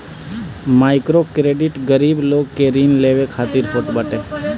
microcredit गरीब लोग के ऋण लेवे खातिर होत बाटे